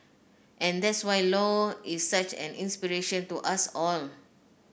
and that's why Low is such an inspiration to us all